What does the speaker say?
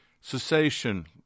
cessation